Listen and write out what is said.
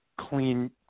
clean